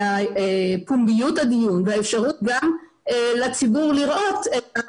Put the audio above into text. זה פומביות הדיון והאפשרות גם לציבור לראות את השידור.